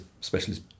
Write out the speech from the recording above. specialist